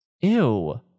ew